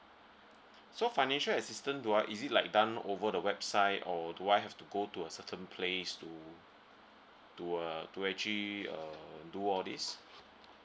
so financial assistance do I is it like done over the website or do I have to go to a certain place to to uh to actually uh do all these